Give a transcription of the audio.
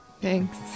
Thanks